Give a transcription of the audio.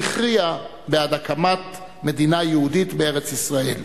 שהכריעה בעד הקמת מדינה יהודית בארץ-ישראל.